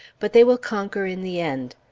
but they will conquer in the end.